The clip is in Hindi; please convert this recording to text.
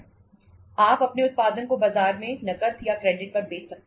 आप अपने उत्पादन को बाजार में नकद या क्रेडिट पर बेच सकते हैं